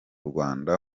rwanda